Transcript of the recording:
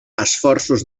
esforços